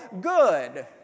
good